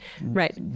Right